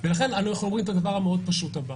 לכן אנחנו אומרים את הדבר המאוד פשוט הבא: